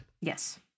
yes